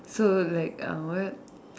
so like uh what